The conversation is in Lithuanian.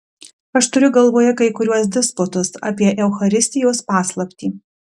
aš turiu galvoje kai kuriuos disputus apie eucharistijos paslaptį